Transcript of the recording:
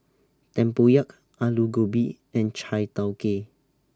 Tempoyak Aloo Gobi and Chai Tow Kuay